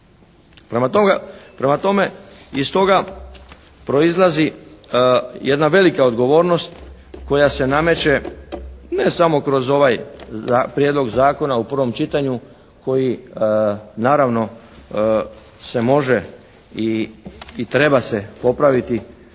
Prema tome, iz toga proizlazi jedna velika odgovornost koja se nameće ne samo kroz ovaj prijedlog zakona u prvom čitanju koji naravno se može i treba se popraviti,